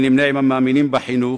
אני נמנה עם המאמינים בחינוך,